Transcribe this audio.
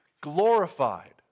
glorified